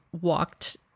walked